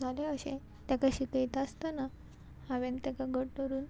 जालें अशें तेका शिकयता आसतना हांवें ताका घट धरून